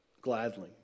gladly